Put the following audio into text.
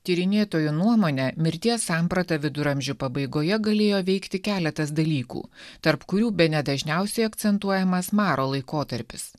tyrinėtojų nuomone mirties sampratą viduramžių pabaigoje galėjo veikti keletas dalykų tarp kurių bene dažniausiai akcentuojamas maro laikotarpis